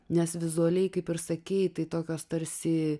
nes vizualiai kaip ir sakei tai tokios tarsi